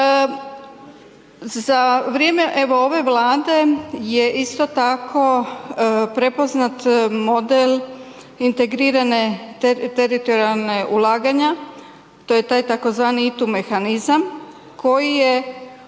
Za vrijeme, evo, ove Vlade je isto tako prepoznat model integrirane teritorijalne ulaganja, to je tj. ITU mehanizam, koji je